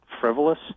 frivolous